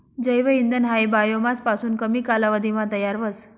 जैव इंधन हायी बायोमास पासून कमी कालावधीमा तयार व्हस